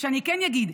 אני כן אגיד,